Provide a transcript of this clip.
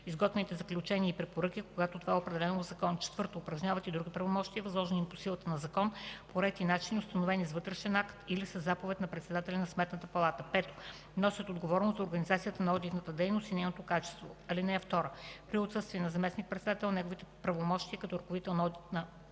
изготвените заключения и препоръки, когато това е определено в закона; 4. упражняват и други правомощия, възложени им по силата на закон, по ред и начин, установени с вътрешен акт или със заповед на председателя на Сметната палата; 5. носят отговорност за организацията на одитната дейност и нейното качество. (2) При отсъствие на заместник-председател неговите правомощия като ръководител на одитни